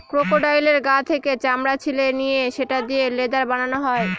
ক্রোকোডাইলের গা থেকে চামড়া ছিলে নিয়ে সেটা দিয়ে লেদার বানানো হয়